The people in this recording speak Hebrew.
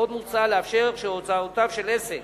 עוד מוצע לאפשר שהוצאותיו של עסק